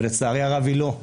ולצערי הרב היא לא,